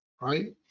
right